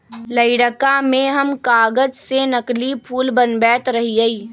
लइरका में हम कागज से नकली फूल बनबैत रहियइ